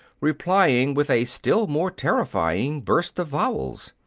replying with a still more terrifying burst of vowels.